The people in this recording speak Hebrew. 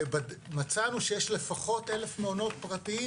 ומצאנו שיש לפחות 1,000 מעונות פרטיים